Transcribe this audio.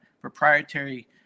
proprietary